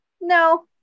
no